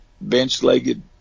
bench-legged